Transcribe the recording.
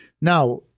Now